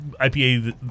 IPA